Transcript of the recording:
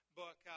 book